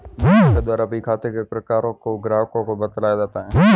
बैंकों के द्वारा भी खाते के प्रकारों को ग्राहकों को बतलाया जाता है